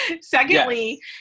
secondly